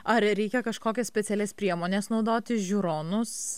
ar reikia kažkokias specialias priemones naudoti žiūronus